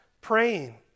praying